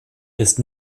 ist